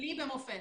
לי במופ"ת.